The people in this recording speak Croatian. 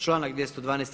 Članak 212.